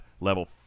level